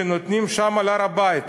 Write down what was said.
שנותנים שם על הר-הבית.